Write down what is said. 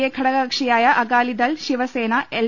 A ഘടകകക്ഷികളായ Akali Dal Shiv Sena L